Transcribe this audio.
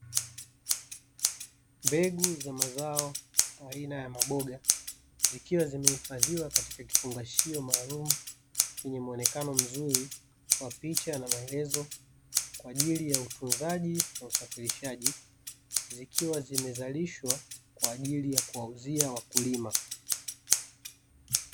Mbegu za mazao aina ya maboga zikiwa zimehifadhiwa katika kifungashio maalumu, chenye muonekano mzuri wa picha na maelezo kwa ajili ya utunzaji na usafirishaji, zikiwa zimezalishwa kwa ajili ya kuwauzia wakulima.